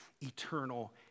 eternal